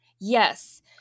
Yes